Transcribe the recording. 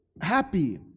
happy